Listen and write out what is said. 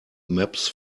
maps